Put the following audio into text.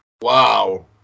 wow